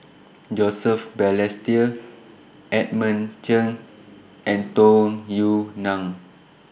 Joseph Balestier Edmund Chen and Tung Yue Nang